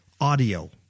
Audio